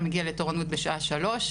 אתה מגיע לתורנות בשעה שלוש,